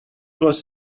was